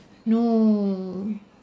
no